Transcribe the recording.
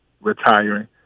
retiring